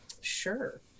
Sure